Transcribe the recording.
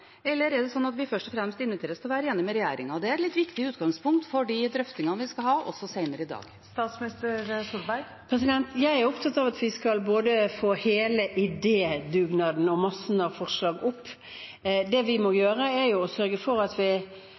eller er det slik at vi først og fremst inviteres til å være enige med regjeringen? Det er også et litt viktig utgangspunkt for de drøftingene vi skal ha senere i dag. Jeg er opptatt av at vi skal få hele idédugnaden og massen av forslag opp. Det vi må gjøre, er å sørge for at vi